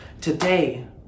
today